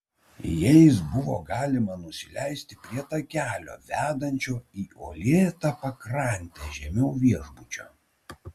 jais buvo galima nusileisti prie takelio vedančio į uolėtą pakrantę žemiau viešbučio